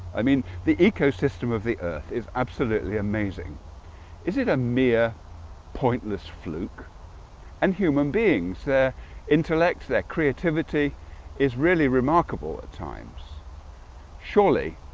i mean the ecosystem of the earth is absolutely amazing is it a mere pointless fluke and human beings their intellect their creativity is really remarkable at times surely,